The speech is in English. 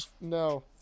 No